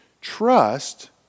Trust